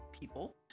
people